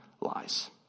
lies